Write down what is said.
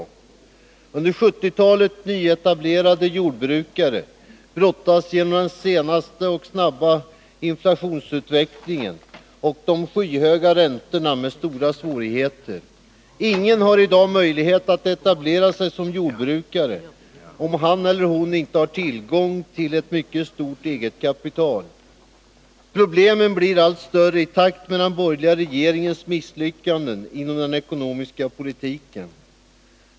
Under 1970-talet nyetablerade jordbrukare brottas på grund av den senaste tidens snabba inflationsutveckling och de skyhöga räntorna med stora svårigheter. Ingen har i dag möjlighet att etablera sig som jordbrukare om han eller hon inte har tillgång till ett mycket stort eget kapital. Problemen blir allt större i takt med den borgerliga regeringens misslyckanden inom den ekonomiska politiken.